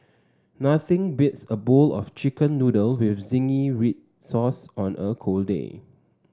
nothing beats a bowl of chicken noodle with zingy red sauce on a cold day